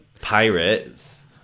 pirates